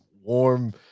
warm